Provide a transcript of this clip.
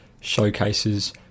showcases